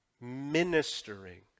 Ministering